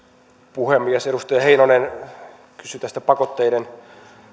puhemies edustaja heinonen kysyi tästä pakotteiden